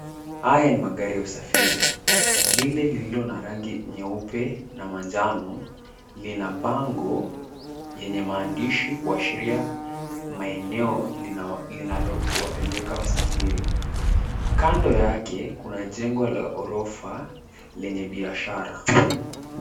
Haya ni magari ya usafiri. Lile lilio na rangi ya nyeupe na manjano lina bango lenye maandishi kuashiria maeneo linapo wapeleka wasafiri. kando yake kuna jengo la gorofa lenye biashara.